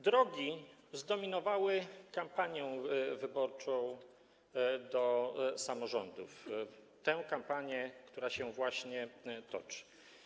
Drogi zdominowały kampanię wyborczą w wyborach do samorządów, tę kampanię, która się właśnie toczy.